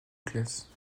classe